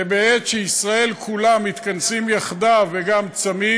ובעת שישראל כולם מתכנסים יחדיו וגם צמים,